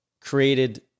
created